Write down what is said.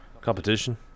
competition